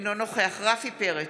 אינו נוכח רפי פרץ,